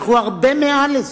אנחנו הרבה מעל לזה.